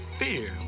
fear